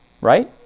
Right